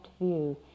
view